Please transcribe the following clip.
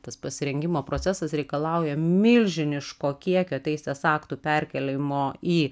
tas pasirengimo procesas reikalauja milžiniško kiekio teisės aktų perkėlimo į